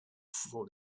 for